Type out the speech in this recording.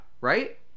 right